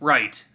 Right